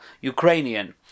ukrainian